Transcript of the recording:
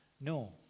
No